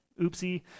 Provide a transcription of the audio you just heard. Oopsie